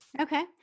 Okay